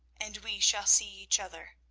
and we shall see each other.